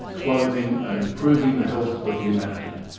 clothing and improving the health of humanity.